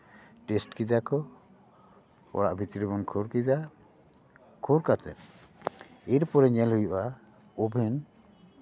test ᱠᱮᱫᱟ ᱠᱚ ᱚᱲᱟᱜ ᱵᱷᱤᱛᱨᱤ ᱵᱚᱱ ᱠᱷᱟᱹᱲ ᱠᱮᱫᱟ ᱠᱷᱟᱹᱲ ᱠᱟᱛᱮᱫ ᱮᱨ ᱯᱚᱨᱮ ᱧᱮᱞ ᱦᱩᱭᱩᱜᱼᱟ ᱳᱵᱷᱮᱱ